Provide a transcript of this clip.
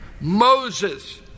Moses